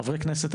חברי כנסת,